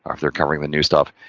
if they're covering the new stuff,